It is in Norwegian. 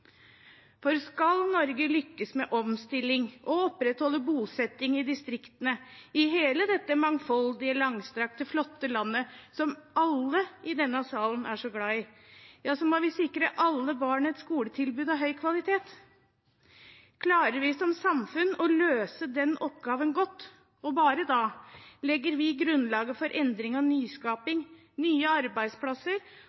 for denne regjeringen. For skal Norge lykkes med omstilling og opprettholde bosetting i distriktene – i hele dette mangfoldige, langstrakte, flotte landet som alle i denne salen er så glad i – da må vi sikre alle barn et skoletilbud av høy kvalitet. Klarer vi som samfunn å løse den oppgaven godt – og bare da – legger vi grunnlaget for endring og